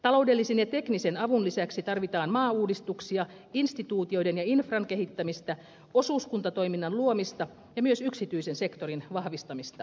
taloudellisen ja teknisen avun lisäksi tarvitaan maauudistuksia instituutioiden ja infran kehittämistä osuuskuntatoiminnan luomista ja myös yksityisen sektorin vahvistamista